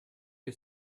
que